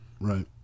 right